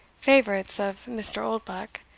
favourites of mr. oldbuck,